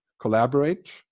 collaborate